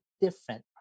different